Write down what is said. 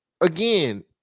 again